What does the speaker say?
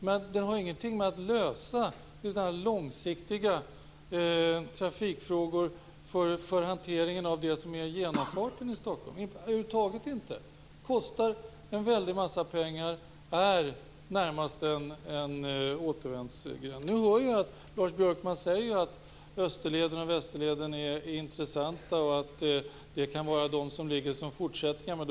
Men den har över huvud taget ingenting att göra med de långsiktiga trafikfrågor som handlar om att lösa hanteringen av det som är genomfarten i Stockholm. Den kostar en väldig massa pengar och är närmast en återvändsgränd. Nu hör vi att Lars Björkman säger att Österleden och Västerleden är intressanta och att det kan vara de som är fortsättningen.